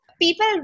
people